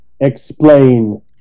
Explain